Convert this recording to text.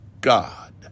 God